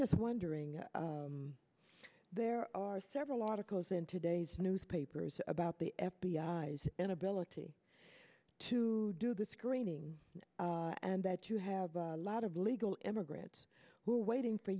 just wondering there are several articles in today's newspapers about the f b i s inability to do the screening and that you have a lot of illegal immigrants who are waiting for